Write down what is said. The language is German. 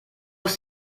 ist